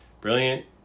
Brilliant